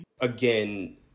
Again